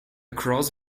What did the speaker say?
cross